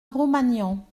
romagnan